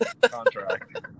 contract